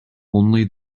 only